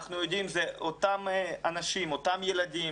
אנחנו יודעים, זה אותם אנשים, אותם ילדים.